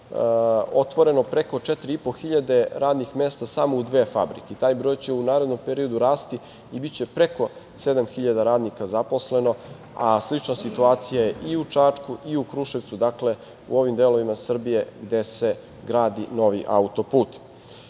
otvoreno preko 4.500 radnih mesta samo u dve fabrike. I taj broj će u narednom periodu rasti i biće preko 7.000 radnika zaposleno, a slična situacija je i u Čačku i u Kruševcu, dakle u ovim delovima Srbije gde se gradi novi autoput. Pored